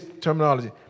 terminology